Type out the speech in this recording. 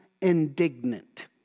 indignant